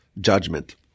judgment